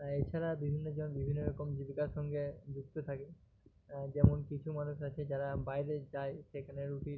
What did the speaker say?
এছাড়া বিভিন্ন জন বিভিন্ন রকম জীবিকার সঙ্গে যুক্ত থাকে যেমন কিছু মানুষ আছে যারা বাইরে যায় সেখানে রুটি